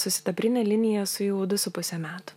su sidabrine linija esu jau du su puse metų